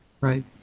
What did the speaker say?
Right